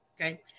okay